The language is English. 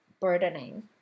burdening